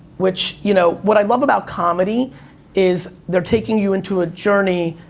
which, you know, what i love about comedy is, they're taking you into a journey,